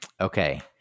Okay